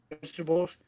vegetables